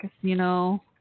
Casino